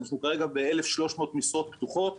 כרגע אנחנו ב-1,300 משרות פתוחות.